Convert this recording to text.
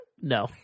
No